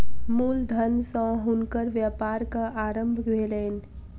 मूल धन सॅ हुनकर व्यापारक आरम्भ भेलैन